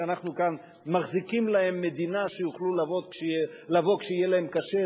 שאנחנו כאן מחזיקים להם מדינה שהם יוכלו לבוא אליה כשיהיה להם קשה,